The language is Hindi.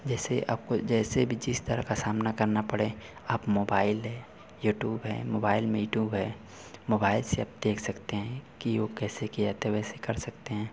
जैसे आपको जैसे भी चीज़ तरह का सामना करना पड़े अब मोबाइल है यूट्यूब है मोबाइल में यूट्यूब है मोबाइल से अब देख सकते हैं कि योग कैसे किया जाता है वैसे कर सकते हैं